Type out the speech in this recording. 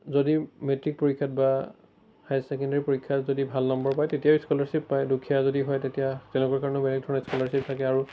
যদি মেট্ৰিক পৰীক্ষাত বা হাই চেকেণ্ডৰী পৰীক্ষাত যদি ভাল নম্বৰ পায় তেতিয়াও স্কলাৰশ্বিপ পায় দুখীয়া যদি হয় তেতিয়া তেওঁলোকৰ কাৰণেও বেলেগ ধৰণে স্কলাৰশ্বিপ থাকে আৰু